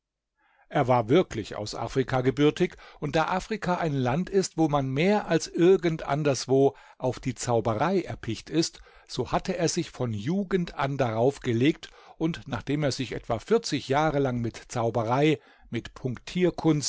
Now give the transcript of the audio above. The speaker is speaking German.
er war wirklich aus afrika gebürtig und da afrika ein land ist wo man mehr als irgend anderswo auf die zauberei erpicht ist so hatte er sich von jugend an darauf gelegt und nachdem er sich etwa vierzig jahre lang mit zauberei mit